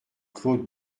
claude